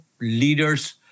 leaders